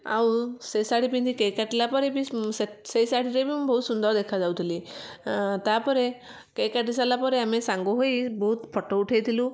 ଆଉ ସେ ଶାଢ଼ୀ ପିନ୍ଧି କେକ୍ କାଟିଲା ପରେ ବି ସେ ଶାଢ଼ୀ ରେ ବି ମୁଁ ବହୁତ ସୁନ୍ଦର ଦେଖାଯାଉଥିଲି ତାପରେ କେକ୍ କାଟି ସାରିଲା ପରେ ଆମେ ସାଙ୍ଗ ହୋଇ ବହୁତ ଫଟୋ ଉଠାଇ ଥିଲୁ